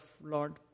Lord